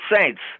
saints